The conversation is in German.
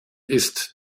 ist